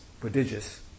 Prodigious